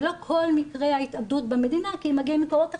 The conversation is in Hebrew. לא כל מקרי ההתאבדות במדינה כי הם מגיעים למקומות אחרים,